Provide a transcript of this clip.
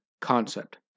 Concept